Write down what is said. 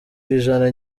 ijana